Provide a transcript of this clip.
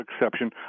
exception